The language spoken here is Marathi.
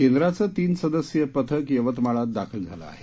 केंद्राचं तीन सदस्यीय पथक यवतमाळात दाखल झालं आहे